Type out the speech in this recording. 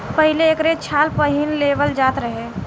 पहिले एकरे छाल पहिन लेवल जात रहे